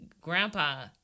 grandpa